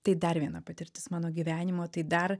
tai dar viena patirtis mano gyvenimo tai dar